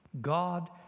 god